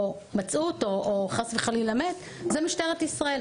או מצאו אותו או חס וחלילה מת, זאת משטרת ישראל.